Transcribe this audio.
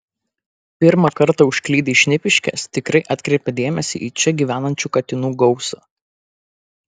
pirmą kartą užklydę į šnipiškes tikrai atkreipia dėmesį į čia gyvenančių katinų gausą